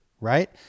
right